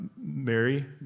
Mary